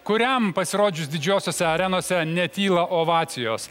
kuriam pasirodžius didžiosiose arenose netyla ovacijos